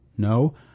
No